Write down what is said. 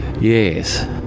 Yes